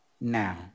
now